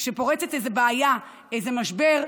כשפורצת בעיה או משבר,